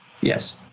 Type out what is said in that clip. yes